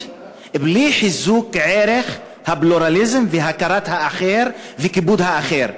בלי חיזוק ערך הפלורליזם והכרת האחר וכיבוד האחר.